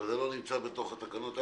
זה לא נמצא בתקנות.